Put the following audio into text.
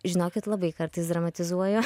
žinokit labai kartais dramatizuoju